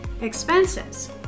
expenses